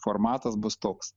formatas bus toks